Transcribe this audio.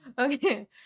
Okay